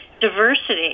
diversity